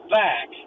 back